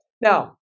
Now